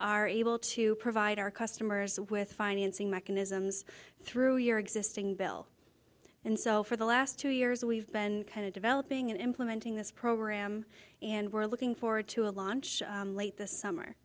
are able to provide our customers with financing mechanisms through your existing bill and so for the last two years we've been kind of developing and implementing this program and we're looking forward to a launch late this summer